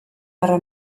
guerra